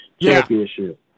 championship